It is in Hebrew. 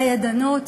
הידענות.